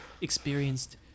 experienced